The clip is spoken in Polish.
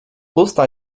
usta